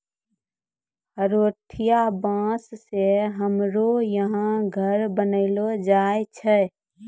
हरोठिया बाँस से हमरो यहा घर बनैलो जाय छै